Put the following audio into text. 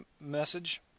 message